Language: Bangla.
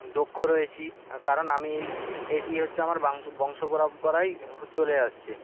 দক্ষ রয়েছি কারণ আমি এটি হচ্ছে আমার বাংশ বংশ পরম্পরায় হো চলে আসছে